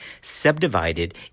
subdivided